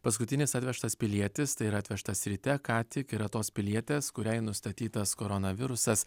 paskutinis atvežtas pilietis tai yra atvežtas ryte ką tik yra tos pilietės kuriai nustatytas koronavirusas